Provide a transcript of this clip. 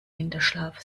winterschlaf